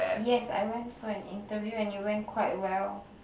yes I went for an interview and it went quite well